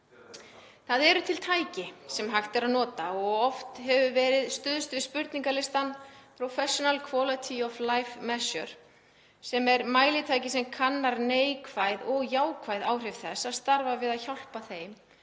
Það eru til tæki sem hægt er að nota og spurningalistinn Professional Quality of Life Measure er mælitæki sem kannar bæði neikvæð og jákvæð áhrif þess að starfa við að hjálpa þeim